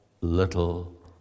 little